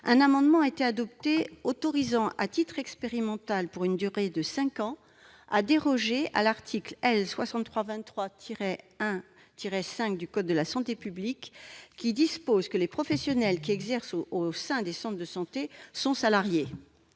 un amendement avait été adopté visant à autoriser à titre expérimental, pour une durée de cinq ans, à déroger à l'article L. 6323-1-5 du code de la santé publique, aux termes duquel « les professionnels qui exercent au sein des centres de santé sont salariés.